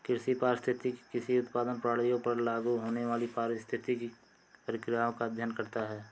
कृषि पारिस्थितिकी कृषि उत्पादन प्रणालियों पर लागू होने वाली पारिस्थितिक प्रक्रियाओं का अध्ययन करता है